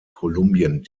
kolumbien